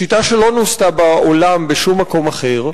שיטה שלא נוסתה בעולם בשום מקום אחר,